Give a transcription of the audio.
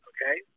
Okay